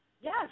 Yes